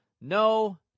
No